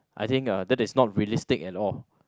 I think uh that is not realistic at all